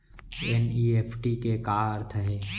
NEFT के का अर्थ है?